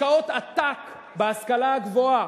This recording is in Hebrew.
השקעות עתק בהשכלה הגבוהה,